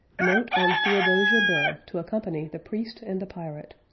note on theodosia burr to accompany the priest and the pirate